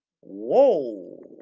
Whoa